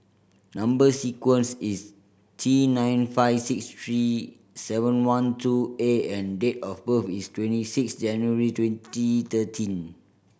number sequence is T nine five six three seven one two A and date of birth is twenty six January twenty thirteen